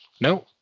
No